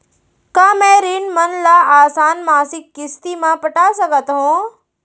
का मैं ऋण मन ल आसान मासिक किस्ती म पटा सकत हो?